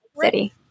city